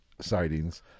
sightings